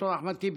ד"ר אחמד טיבי,